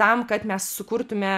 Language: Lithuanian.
tam kad mes sukurtume